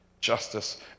Justice